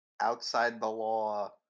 outside-the-law